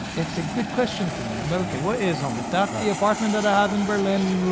it's a good question for me. and okay, what is home? if that's the apartment that i have in berlin,